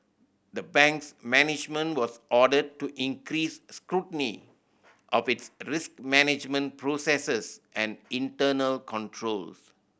the bank's management was ordered to increase scrutiny of its risk management processes and internal controls